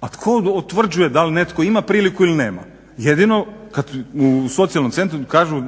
A tko utvrđuje da li netko ima priliku ili nema? Jedino kad u socijalnom centru kažu,